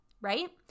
right